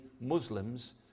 Muslims